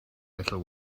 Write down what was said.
little